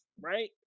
right